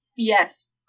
Yes